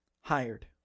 Hired